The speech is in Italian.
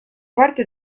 parte